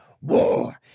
war